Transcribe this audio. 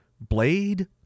Blade